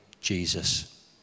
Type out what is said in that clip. Jesus